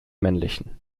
männlichen